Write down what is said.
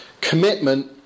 Commitment